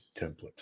templates